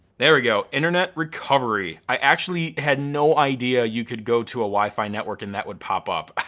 there we go, internet recovery. i actually had no idea you could go to a wifi network and that would pop up.